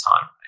time